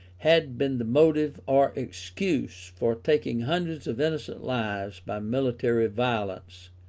had been the motive or excuse for taking hundreds of innocent lives by military violence,